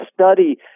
study